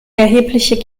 erhebliche